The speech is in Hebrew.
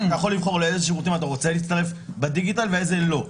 אתה יכול לבחור לאיזה שירותים אתה רוצה להצטרף בדיגיטל ולאיזה לא,